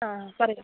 ആ പറഞ്ഞോ